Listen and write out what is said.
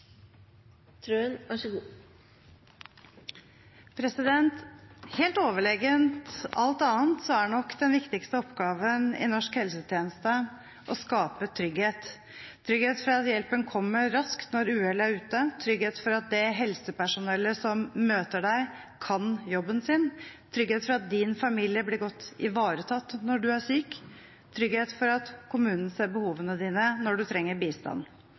som er så glad i midlertidige ansettelser, om ett år kan finne seg noe annet å gjøre. Helt overlegent alt annet er nok den viktigste oppgaven i norsk helsetjeneste å skape trygghet; trygghet for at hjelpen kommer raskt når uhellet er ute, trygghet for at det helsepersonellet man møter, kan jobben sin, trygghet for at familien blir godt ivaretatt når en er syk, trygghet for at kommunen ser behovene når en trenger bistand.